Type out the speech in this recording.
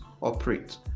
operate